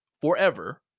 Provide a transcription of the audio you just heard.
forever